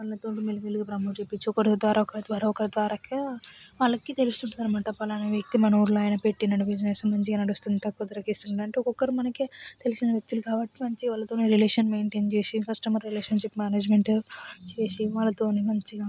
వాళ్ళతోటి మెల్లమెల్లగా ప్రమోట్ చెయించి ఒకరి ద్వారా ఒకరి ద్వారా ఒకరి ద్వారాగా వాళ్ళకి తెలుస్తుంటుందన్నమాట ఫలానా వ్యక్తి మన ఊళ్ళో ఆయన పెట్టినాడు బిజినెస్ మంచిగా నడుస్తుంది తక్కువ ధరకే ఇస్తుండ్రు అంటే ఒక్కొక్కరు మనకి తెలిసిన వ్యక్తులు కాబట్టి మంచిగా వాళ్ళతోని రిలేషన్ మెయిన్టెయిన్ చేసి కస్టమర్ రిలేషన్షిప్ మేనేజ్మెంట్ చేసి వాళ్ళతోని మంచిగా